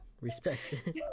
Respect